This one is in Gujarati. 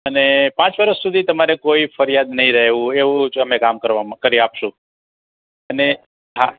અને પાંચ વર્ષ સુધી તમારે કોઈ ફરિયાદ નહીં રહે એવું એવું જ અમે કામ કરવામાં કરી આપીશું અને હા